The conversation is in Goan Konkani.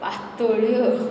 पातोळ्यो